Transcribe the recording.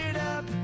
up